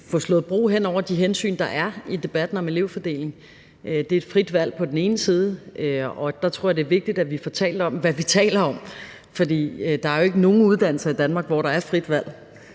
få bygget bro hen over de hensyn, der er i debatten om elevfordeling. Vi taler om frit valg, og der tror jeg det er vigtigt, at vi får talt om, hvad vi taler om. For der er jo ikke nogen uddannelser i Danmark, hvor der er et frit valg.